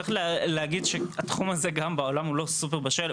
צריך להגיד שהתחום הזה גם בעולם הוא לא סופר בשל.